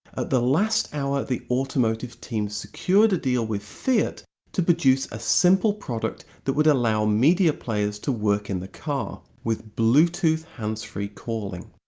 at the last hour, the automotive team secured a deal with fiat to produce a simple product that would allow media players to work in the car, with bluetooth hands-free calling.